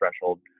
threshold